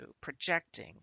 projecting